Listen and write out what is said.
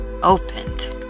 Opened